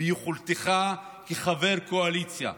ביכולתך כחבר קואליציה,